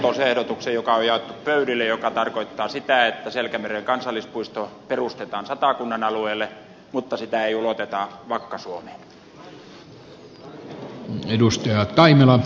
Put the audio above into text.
teen muutosehdotuksen joka on jaettu pöydille ja joka tarkoittaa sitä että selkämeren kansallispuisto perustetaan satakunnan alueelle mutta sitä ei uloteta vakka suomeen